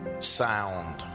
sound